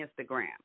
Instagram